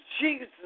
Jesus